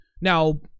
now